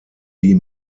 die